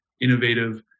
innovative